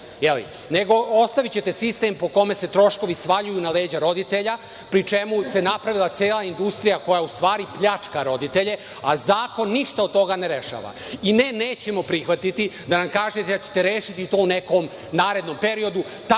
će ostaviti sistem po kome se troškovi svaljuju na leđa roditelja, pri čemu je napredovala cela industrija, koja u stvari pljačka roditelje, a zakon ništa od toga ne rešava. Ne, nećemo prihvatiti da nam kažete da ćete to rešiti u nekom narednom periodu.